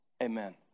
amen